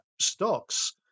stocks